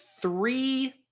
three